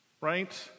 right